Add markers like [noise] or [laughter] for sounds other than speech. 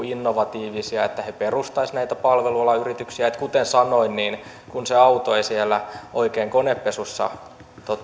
[unintelligible] innovatiivisia että he perustaisivat näitä palvelualan yrityksiä kuten sanoin kun se auto ei oikein siellä konepesussa